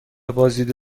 بازدید